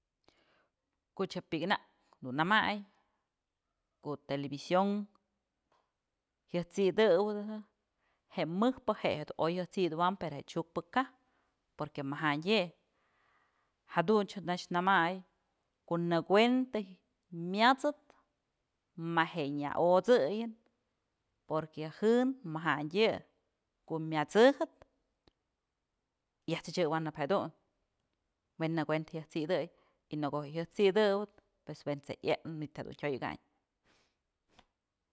Koch je'e pykanak dun namay ko'o television jyaj t'sidëwëdë je'e mëjpë je'e jedun oy jat'sidawam pero je'e chukpë kaj porque majandyë je'e jadunch nax namay ko'o nëkuentë myat'sëp ma je'e nyë ot'sëyën porque yë jen majandyë yë ko'o myat'sëjët yaj t'sëchëwanëp jedun we'en nëkuentë jyat'sidëy y në ko'o je'e jyat'sidëp pues we'ens je'e yëpnë manyt jedun tyoyëkayn.